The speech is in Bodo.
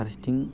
फार्सेथिं